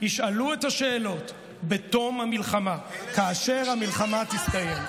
ישאלו את השאלות בתום המלחמה, כאשר המלחמה תסתיים.